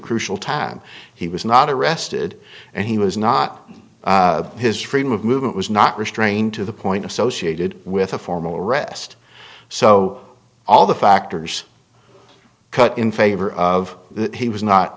crucial time he was not arrested and he was not his freedom of movement was not restrained to the point associated with a formal arrest so all the factors cut in favor of that he was not